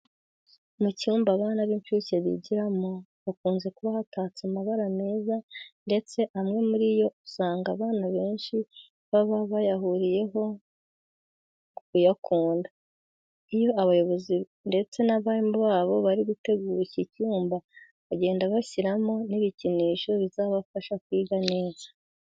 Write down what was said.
Mu cyumba abana b'incuke bigiramo hakunze kuba hatatse amabara meza ndetse amwe muri yo usanga abana benshi baba bayahuriyeho mu kuyakunda. Iyo abayobozi ndetse n'abarimu babo bari gutegura iki cyumba, bagenda bashyiramo n'ibikinisho bizabafasha kwiga neza.